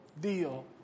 deal